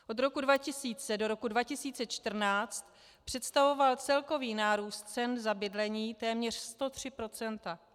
Od roku 2000 do roku 2014 představoval celkový nárůst cen za bydlení téměř 103 %.